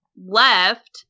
left